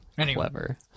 clever